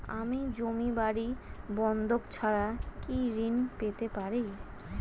আমি জমি বাড়ি বন্ধক ছাড়া কি ঋণ পেতে পারি?